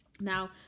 Now